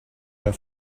her